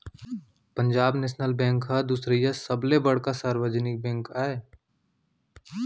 Punjab national bank ह दुसरइया सबले बड़का सार्वजनिक बेंक आय